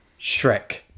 Shrek